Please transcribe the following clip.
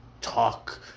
Talk